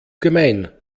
gemein